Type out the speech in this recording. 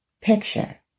picture